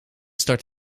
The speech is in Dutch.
start